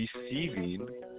deceiving